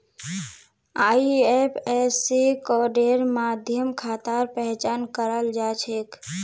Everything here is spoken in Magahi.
आई.एफ.एस.सी कोडेर माध्यम खातार पहचान कराल जा छेक